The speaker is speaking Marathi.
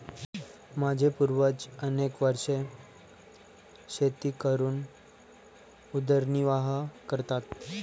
माझे पूर्वज अनेक वर्षे शेती करून उदरनिर्वाह करतात